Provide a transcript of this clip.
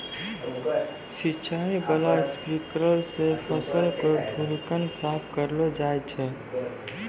सिंचाई बाला स्प्रिंकलर सें फसल केरो धूलकण साफ करलो जाय छै